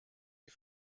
des